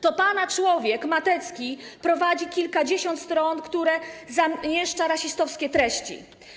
To pana człowiek Matecki prowadzi kilkadziesiąt stron, które mieszczą rasistowskie treści.